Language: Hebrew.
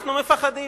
אנחנו מפחדים?